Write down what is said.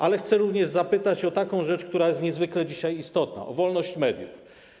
Ale chcę również zapytać o taką rzecz, która jest niezwykle dzisiaj istotna, o wolność mediów.